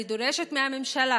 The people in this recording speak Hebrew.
אני דורשת מהממשלה